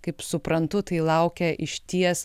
kaip suprantu tai laukia išties